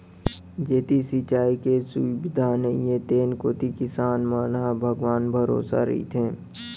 जेती सिंचाई के सुबिधा नइये तेन कोती किसान मन ह भगवान भरोसा रइथें